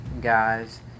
guys